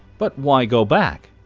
but why go back?